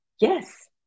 Yes